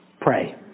Pray